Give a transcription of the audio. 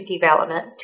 development